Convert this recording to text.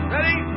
Ready